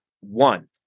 one